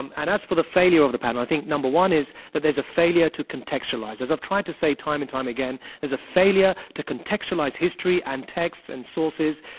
and and as for the failure of the panel, i think number one is that there's a failure to contextualize. as i've tried to say time and time again, there's a failure to contextualize history and texts and sources,